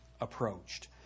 approached